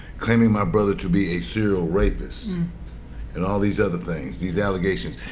claiming my brother to be a serial rapist and all these other things, these allegations.